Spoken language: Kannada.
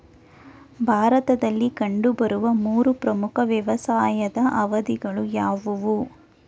ಭಾರತದಲ್ಲಿ ಕಂಡುಬರುವ ಮೂರು ಪ್ರಮುಖ ವ್ಯವಸಾಯದ ಅವಧಿಗಳು ಯಾವುವು?